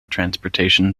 transportation